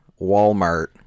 Walmart